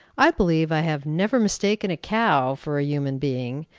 i believe i have never mistaken a cow for a human being,